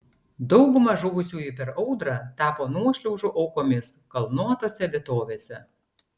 dauguma žuvusiųjų per audrą tapo nuošliaužų aukomis kalnuotose vietovėse